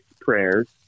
prayers